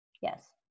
Yes